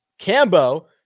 Cambo